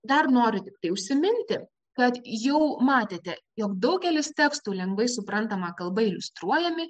dar noriu tiktai užsiminti kad jau matėte jog daugelis tekstų lengvai suprantama kalba iliustruojami